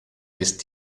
ist